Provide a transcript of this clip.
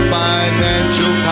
financial